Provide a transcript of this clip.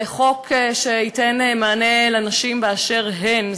זה חוק שייתן מענה לנשים באשר הן.